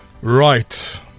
Right